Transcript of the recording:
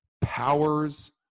powers